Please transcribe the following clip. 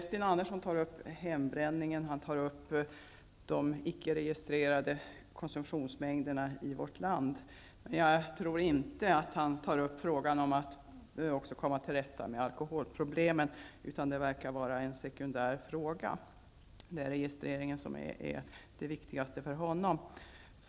Sten Andersson i Malmö tar upp frågan om hembränningen och de icke registrerade konsumtionsmängderna av alkohol i vårt land. Jag tror inte att han tar upp frågan om att också komma till rätta med alkoholproblemen, utan det verkar vara en sekundär fråga. Det är registreringen som är det viktigaste för honom.